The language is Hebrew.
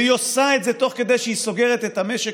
והיא עושה את זה תוך כדי שהיא סוגרת את המשק,